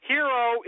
Hero